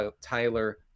Tyler